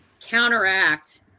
counteract